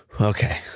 Okay